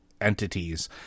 entities